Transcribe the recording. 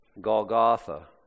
Golgotha